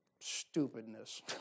stupidness